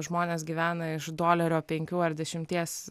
žmonės gyvena iš dolerio penkių ar dešimties